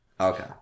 Okay